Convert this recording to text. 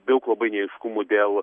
daug labai neaiškumų dėl